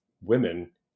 women